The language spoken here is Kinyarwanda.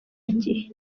igihe